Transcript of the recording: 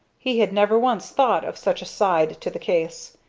he had never once thought of such a side to the case.